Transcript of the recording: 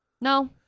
No